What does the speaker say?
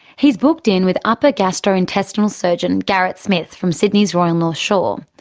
he's booked in with upper gastro intestinal surgeon garett smith from sydney's royal north shore.